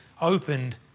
opened